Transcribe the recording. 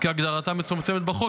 כהגדרתה המצומצמת בחוק,